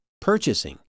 purchasing